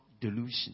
delusion